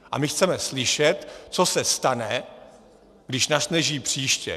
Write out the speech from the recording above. A my chceme slyšet, co se stane, když nasněží příště.